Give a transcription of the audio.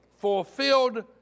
Fulfilled